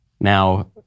Now